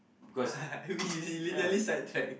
we literally sidetracked